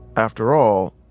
after all,